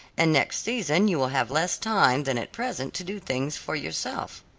and next season you will have less time than at present to do things for yourself.